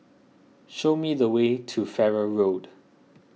show me the way to Farrer Road